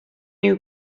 you